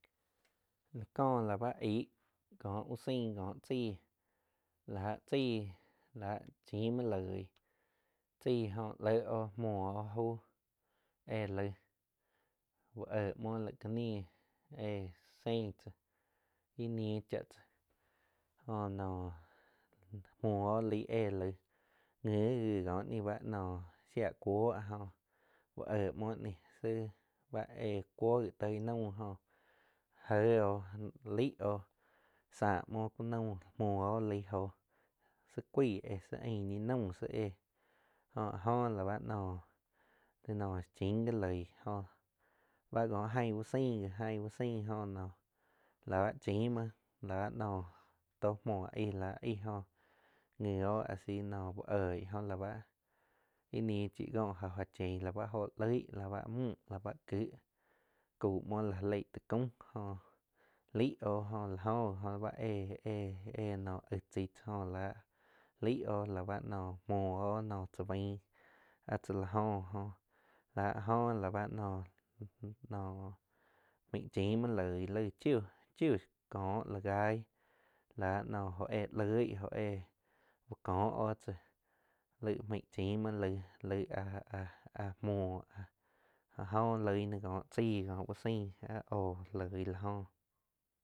Láh kó la báh aig có uh sain, có chai láh chai la chim muoh loig chaig oh léh oh muoh óh jau éh laig úh éh muo laig ká nih éh sein tzáh íh nih cha tzáh jó noh muoh jó laih éh laig nji ko ni báh shia cuoh jóh úh éh muoh níh shi báh éh cuoh jíh toig naum joh jé oh laig oh sáh muoh ku naum mhuo oh laig jóh tzi cuaig éh si ain ñi naum éh jo áh jo la báh nóh chin gui loig jóh báhh cóh aing úh sain, ain uh sain jo nóh la báh chim muo la bá noh toh muo aig, la aig oh nji oh asi noh uh oig óh la báh ih nih chii kóh jo áh chein la ba joh loig la mü la báh kig cau mhuo la ja leig táh caum jóh laig oh jo la jo gi oh ba éh, éh naum aig tzaih tzáh. Jóh láh laig oh la báh muoh oh nóh cha bain áh tzá la jó, jo la oh ho la ba noh-noh maig chiim muoh loig laig chiu, chiuh kóh la gai láh noh jo éh loig óh éh úh có oh tzáh laig maig chim muo laig áh-áh-áh muoh áh loig náh kóh tzaig kóh úh sain áh óh loig láh joh.